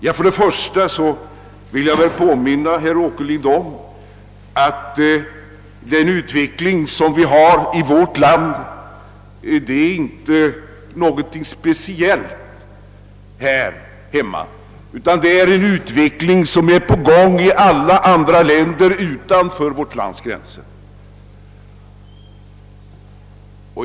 Jag vill påminna herr Åkerlind om att utvecklingen i vårt land inte är någonting speciellt för detta. Samma utveckling pågår överallt utanför vårt lands gränser.